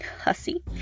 hussy